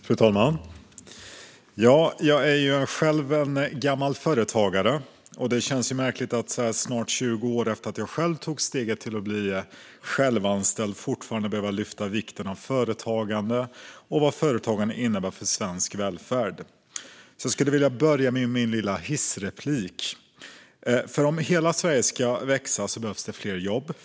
Fru talman! Jag är själv gammal företagare. Det känns märkligt att så här snart 20 år efter att jag själv tog steget att bli självanställd fortfarande behöva lyfta upp vikten av företagande och vad företagande innebär för svensk välfärd. Låt mig börja med min lilla hissreplik. Om hela Sverige ska växa behövs det fler jobb.